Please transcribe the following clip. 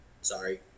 Sorry